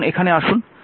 এখন এখানে আসুন